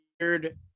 weird